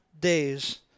days